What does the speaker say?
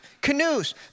canoes